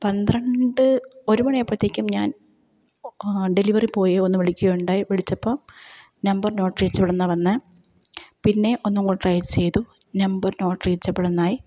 പന്ത്രണ്ട് ഒരു മണിയായപ്പോഴത്തേക്കും ഞാൻ ഡെലിവറി ബോയെ ഒന്ന് വിളിക്കുകയുണ്ടായി വിളിച്ചപ്പോള് നമ്പർ നോട്ട് റീച്ചബിളെന്നാ വന്നെ പിന്നെ ഒന്നും കൂടെ ട്രൈ ചെയ്തു നമ്പർ നോട്ട് റീച്ചബിളെന്നായി